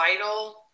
vital